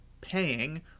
paying